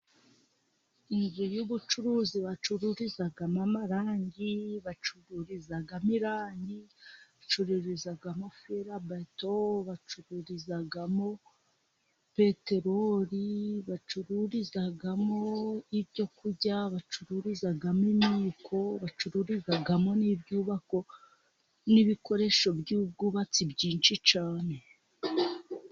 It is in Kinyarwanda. Inzu y'ubucuruzi bacururiza mo amarangiyi, bacururiza mo irangi, bacururiza mo ferabeto bacururiza mo peterori, bacururiza mo ibyo kurya, bacururiza mo imyiko, bacuruririza mo n'ibyubako n'ibikoresho by'ubwubatsi byinshi cyane.